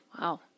Wow